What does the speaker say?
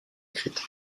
écrite